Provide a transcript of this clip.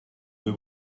you